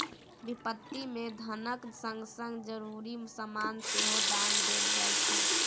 बिपत्ति मे धनक संग संग जरुरी समान सेहो दान देल जाइ छै